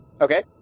Okay